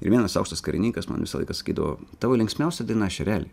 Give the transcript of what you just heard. ir vienas aukštas karininkas man visą laiką sakydavo tavo linksmiausia daina šereli